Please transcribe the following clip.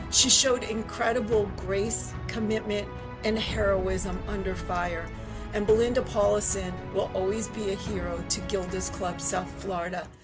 she showed incredible grace commitment and heroism under fire and belinda paulcin will always be a hero to gilda's club south florida.